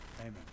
Amen